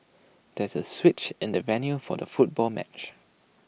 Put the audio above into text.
there was A switch in the venue for the football match